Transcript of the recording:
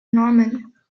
norman